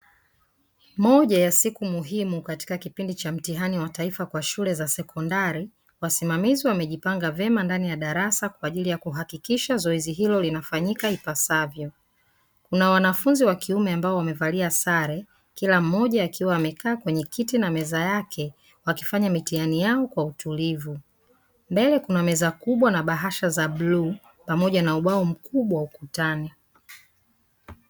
Moja ya siku muhimu katika kipindi cha mtihani wa taifa kwa shule za sekondari. Wasimamizi wamejipanga vyema ndani ya darasa, kwa ajili ya kuhakikisha zoezi hilo linafanyika ipasavyo. Kuna wanafunzi wa kiume ambao wamevalia sare, kila mmoja akiwa amekaa kwenye kiti na meza yake, wakifanya mitihani yao kwa utulivu. Mbele kuna meza kubwa na bahasha za bluu, pamoja na ubao mkubwa ukutani.